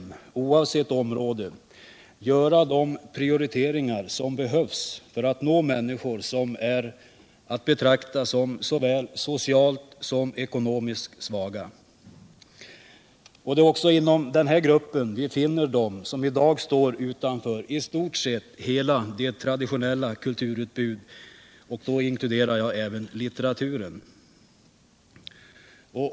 I motsats till den borgerliga majoriteten är vi socialdemokrater helt övertygade om riktigheten av att i alla lägen, oavsett område, göra de prioriteringar som behövs för att nå människor som är att betrakta som såväl socialt som ekonomiskt svaga. Det är också inom den gruppen vi finner dem som i dag står utanför i stort sett hela det traditionella kulturutbudet, och då inkluderar jag även litteraturen.